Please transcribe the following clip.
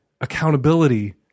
accountability